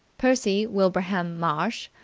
percy wilbraham marsh,